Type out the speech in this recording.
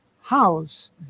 house